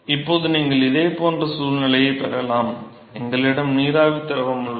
இப்போது நீங்கள் இதேபோன்ற சூழ்நிலையைப் பெறலாம் எங்களிடம் நீராவி திரவம் உள்ளது